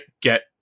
get